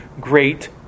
great